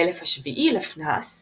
באלף השביעי לפנה"ס,